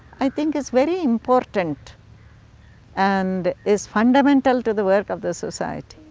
i think is very important and is fundamental to the work of the society.